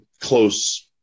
close